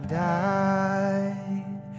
died